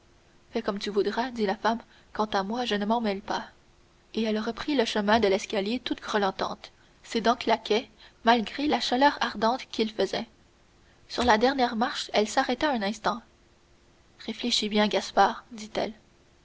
fais comme tu voudras dit la femme quant à moi je ne m'en mêle pas et elle reprit le chemin de l'escalier toute grelottante ses dents claquaient malgré la chaleur ardente qu'il faisait sur la dernière marche elle s'arrêta un instant réfléchis bien gaspard dit-elle